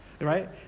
Right